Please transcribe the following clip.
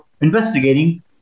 investigating